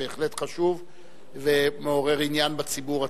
זה בהחלט חשוב ומעורר עניין בציבור עצמו.